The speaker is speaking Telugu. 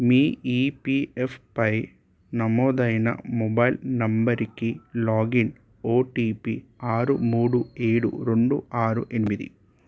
మీ ఈపీఎఫ్పై నమోదైన మొబైల్ నంబరుకి లాగిన్ ఓటీపీ ఆరు మూడు ఏడు రెండు ఆరు ఎనిమిది